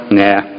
nah